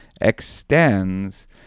extends